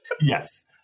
Yes